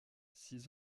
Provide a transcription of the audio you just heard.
six